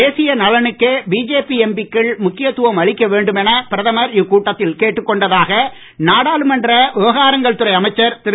தேசிய நலனுக்கே பிஜேபி எம்பிக்கள் முக்கியத்துவம் அளிக்க வேண்டும் என பிரதமர் இக்கூட்டத்தில் கேட்டுக்கொண்டதாக நாடாளுமன்ற விவகாரங்கள் துறை அமைச்சர் திரு